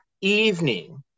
evening